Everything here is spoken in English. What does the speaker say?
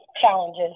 Challenges